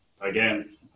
Again